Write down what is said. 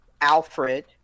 Alfred